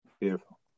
beautiful